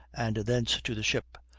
and thence to the ship,